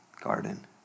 garden